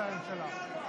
תקציבים מאיזה משרדים?